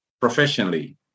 professionally